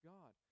God